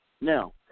Now